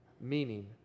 Meaning